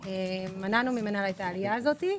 מנענו ממנה את העלייה הזו.